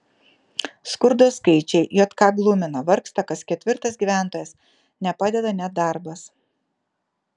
skurdo skaičiai jk glumina vargsta kas ketvirtas gyventojas nepadeda net darbas